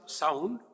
sound